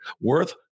worth